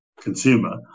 consumer